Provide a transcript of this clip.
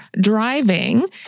driving